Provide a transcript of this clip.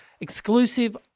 exclusive